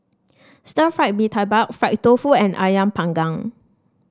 Stir Fried Mee Tai Mak Fried Tofu and ayam panggang